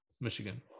michigan